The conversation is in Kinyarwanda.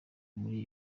muri